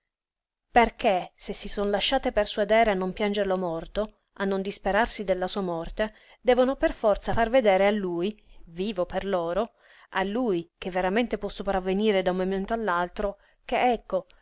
perché se si son lasciate persuadere a non piangerlo morto a non disperarsi della sua morte devono per forza far vedere a lui vivo per loro a lui che veramente può sopravvenire da un momento all'altro che ecco